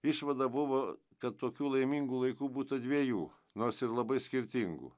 išvada buvo kad tokių laimingų laikų būta dviejų nors ir labai skirtingų